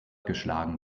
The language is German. geschlagen